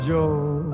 Joe